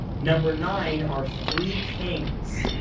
number nine are three kings.